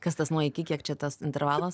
kas tas nuo iki kiek čia tas intervalas